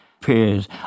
period